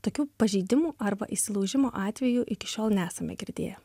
tokių pažeidimų arba įsilaužimo atvejų iki šiol nesame girdėję